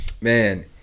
man